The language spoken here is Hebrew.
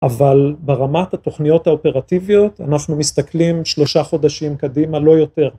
אבל ברמת התוכניות האופרטיביות אנחנו מסתכלים שלושה חודשים קדימה לא יותר